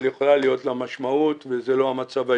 יכולה להיות לה משמעות וזה לא המצב היום.